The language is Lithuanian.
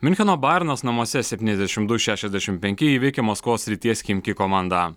miuncheno barnas namuose septyniasdešimt du šešiasdešimt penki įveikė maskvos srities chimki komandą